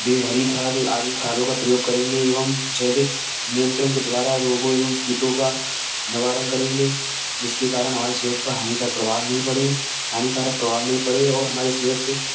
देहरी खाद आदि खादों का प्रयोग करेंगे एवं जैविक नियंत्रण के द्वारा रोगों एवं कीटों का निवारण करेंगे जिसके कारण हमारी सेहत पर हानिकारक प्रभाव नहीं पड़े हानिकारक प्रभाव नहीं पड़े और हमारी सेहत